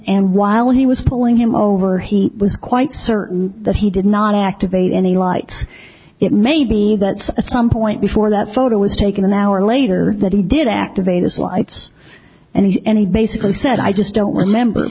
and while he was pulling him over he was quite certain that he did not activate any light it may be that some point before that photo was taken an hour later that he did activate the slights and he basically said i just don't remember